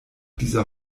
dieser